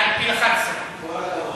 עד גיל 11, כל הכבוד.